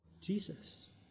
Jesus